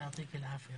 אללה ייתן לך בריאות).